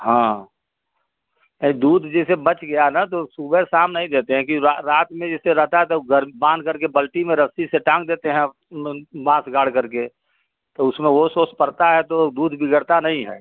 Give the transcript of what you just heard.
हाँ ये दूध जैसे बच गया ना तो सुबह शाम नहीं देते हैं कि रात में जैसे रहता है तो बाँधकर के बल्टी में रस्सी से टांग देते हैं बाँस गाड़कर के तो उसमें ओस ओस पड़ता है तो दूध बिगड़ता नहीं है